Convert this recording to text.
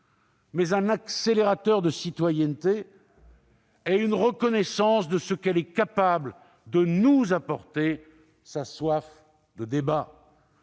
mais un accélérateur de citoyenneté et une reconnaissance de ce qu'elle est capable de nous apporter : sa soif de débat.